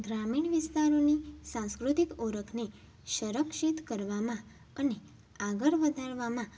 ગ્રામીણ વિસ્તારોની સાંસ્કૃતિક ઓળખને સંરક્ષિત કરવામાં અને આગળ વધારવામાં